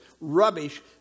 rubbish